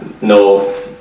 no